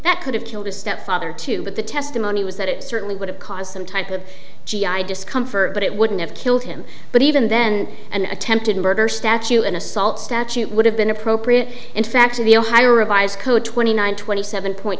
that could have killed his stepfather too but the testimony was that it certainly would have caused some type of g i discomfort but it wouldn't have killed him but even then an attempted murder statute an assault statute would have been appropriate in fact of the ohio revised code twenty nine twenty seven point